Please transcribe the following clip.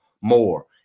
more